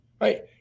right